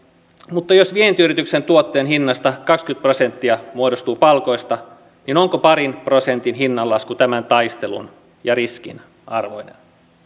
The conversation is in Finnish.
mutta jos vientiyrityksen tuotteen hinnasta kaksikymmentä prosenttia muodostuu palkoista niin onko parin prosentin hinnanlasku tämän taistelun ja riskin arvoinen